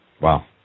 Wow